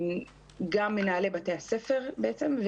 גם מנהלי בתי הספר בעצם.